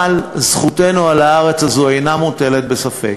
אבל זכותנו על הארץ הזאת אינה מוטלת בספק,